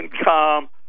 income